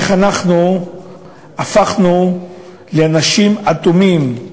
איך הפכנו לאנשים אטומים,